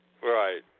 Right